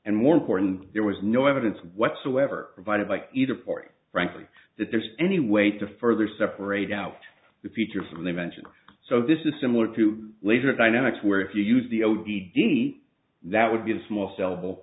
and more importantly there was no evidence whatsoever provided by either party frankly that there's any way to further separate out the future from the invention so this is similar to laser dynamics where if you use the old d d that would be a small sell